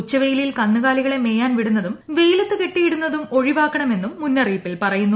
ഉച്ചവെയിലിൽ കന്നുകാലികളെ മേയാൻ വിടുന്നിരും ്വെയിലത്തു കെട്ടിയിടുന്നതും ഒഴിവാക്കണമെന്നും മുന്നറിയിപ്പിൽ പറയുന്നു